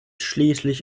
schließlich